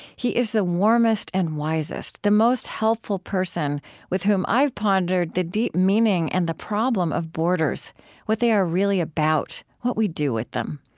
he is the warmest and wisest the most helpful person with whom i've pondered the deep meaning and the problem of borders what they are really about, what we do with them.